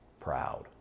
proud